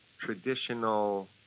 traditional